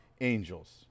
angels